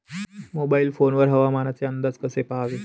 Mobile phone वर हवामानाचे अंदाज कसे पहावे?